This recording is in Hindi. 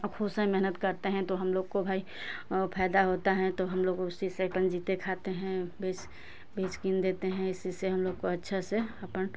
खुश हो मेहनत करते हैं तो हम लोग को भाई फायदा होता है तो हम लोग उसी से अपन जिते खाते हैं बेच किन देते हैं इसी से हम लोग को उसी से अच्छे से अपन